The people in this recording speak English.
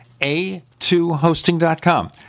a2hosting.com